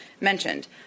mentioned